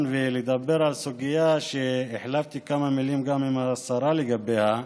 ולדבר על סוגיה שגם החלפתי כמה מילים עם השרה לגביה.